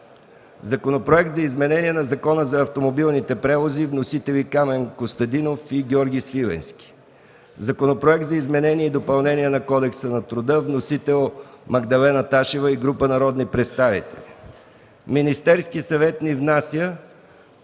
Законопроект за изменение на Закона за автомобилните превози. Вносители – Камен Костадинов и Георги Свиленски. Законопроект за изменение и допълнение на Кодекса на труда. Вносители – Магдалена Ташева и група народни представители. Министерският съвет внася: